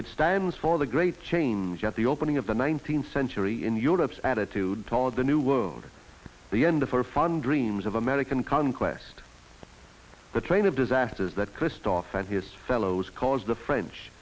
it stands for the great change at the opening of the nineteenth century in europe's attitude toward the new world at the end of a refund reams of american conquest the train of disasters that christophe and his fellows caused the french